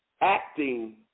acting